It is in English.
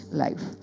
life